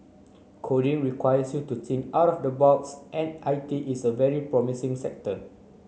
coding requires you to think out of the box and I T is a very promising sector